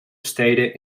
steden